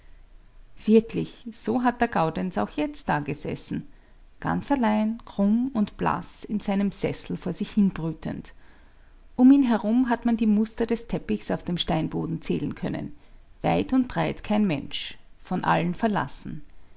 wirklich so hat der gaudenz auch jetzt dagesessen ganz allein krumm und blaß in seinem sessel vor sich hinbrütend um ihn herum hat man die muster des teppichs auf dem steinboden zählen können weit und breit kein mensch von allen verlassen